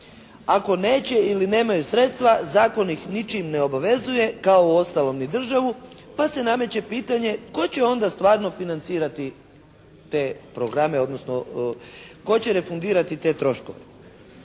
Ako neće ili nemaju sredstva zakon ih ničim ne obavezuje kao uostalom ni državu pa se nameće pitanje tko će onda stvarno financirati te programe odnosno tko će refundirati te troškove.